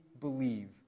believe